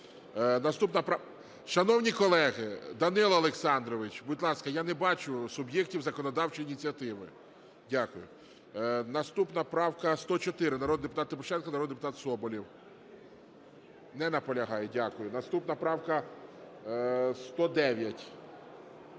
Наступна правка 104, народний депутат Тимошенко, народний депутат Соболєв. Не наполягає. Дякую. Наступна правка 109.